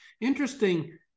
interesting